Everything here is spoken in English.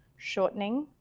shortening,